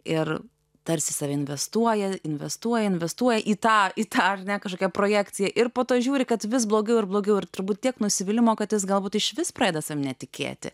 ir tarsi save investuoja investuoja investuoja į tą it ar ne kažkokia projekcija ir po to žiūri kad vis blogiau ir blogiau ir turbūt tiek nusivylimo kad jis galbūt išvis pradeda savimi netikėti